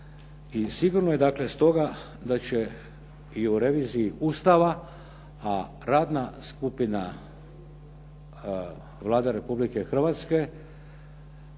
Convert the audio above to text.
sigurno je dakle stoga da će i u reviziji Ustava, a radna skupina Vlada Republike Hrvatske